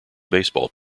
baseball